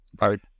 right